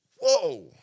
Whoa